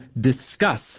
discuss